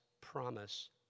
promise